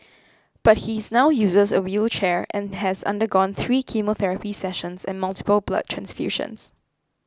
but he is now uses a wheelchair and has undergone three chemotherapy sessions and multiple blood transfusions